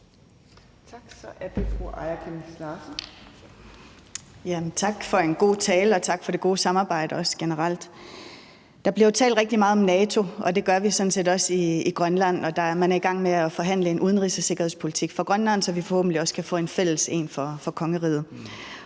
tak for det gode samarbejde også generelt. Der bliver talt rigtig meget om NATO, og det gør vi sådan set også i Grønland, og man er i gang med at forhandle en udenrigs- og sikkerhedspolitik for Grønland, så vi forhåbentlig også kan få en fælles en for kongeriget.